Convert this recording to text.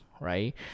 right